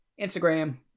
Instagram